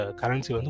currency